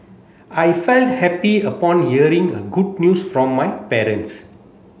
I felt happy upon hearing a good news from my parents